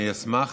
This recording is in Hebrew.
אני אשמח